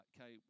okay